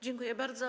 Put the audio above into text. Dziękuję bardzo.